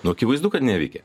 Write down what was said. nu akivaizdu kad neveikia